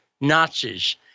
Nazis